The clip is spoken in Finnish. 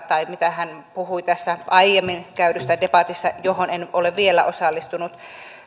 tai sen mitä hän puhui tässä aiemmin käydyssä debatissa johon en ole vielä osallistunut